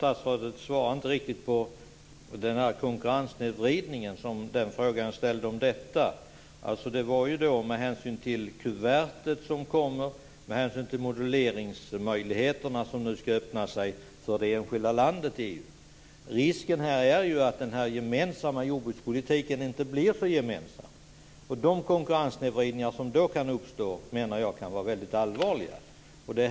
Fru talman! Statsrådet svarade inte på den fråga jag ställde om konkurrenssnedvridningen. Med det kuvert som kommer och de moduleringsmöjligheter som nu skall öppna sig för det enskilda EU-landet finns det en risk att den gemensamma jordbrukspolitiken inte blir så gemensam. De konkurrenssnedvridningar som då kan uppstå menar jag kan vara väldigt allvarliga.